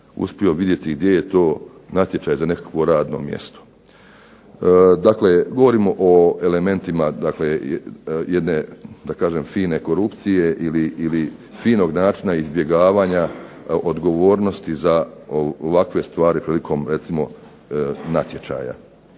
uspio vidjeti gdje je to natječaj za nekakvo radno mjesto. Dakle, govorim o elementima jedne fine korupcije ili finog načina izbjegavanja odgovornosti za ovakve stvari prilikom recimo natječaja.